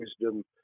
wisdom